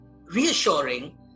reassuring